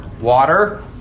Water